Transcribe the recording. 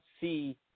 see